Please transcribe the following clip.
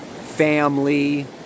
family